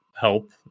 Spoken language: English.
help